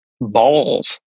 balls